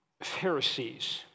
Pharisees